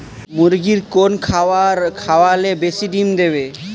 মুরগির কোন খাবার খাওয়ালে বেশি ডিম দেবে?